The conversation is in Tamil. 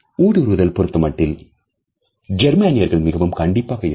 ஊடுருவுதல் பொருத்தமட்டில் ஜெர்மானியர்கள் மிகவும் கண்டிப்பாக இருப்பர்